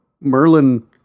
Merlin